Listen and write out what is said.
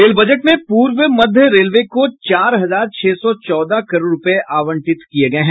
rail budget में पूर्व मध्य रेलवे को चार हजार छह सौ चौदह करोड़ रूपये आवंटित किये गये है